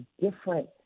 different